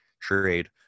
trade